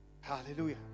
Hallelujah